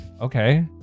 Okay